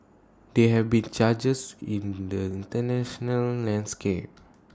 there have been charges in the International landscape